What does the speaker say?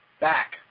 back